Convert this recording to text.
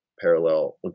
parallel